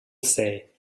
say